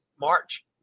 March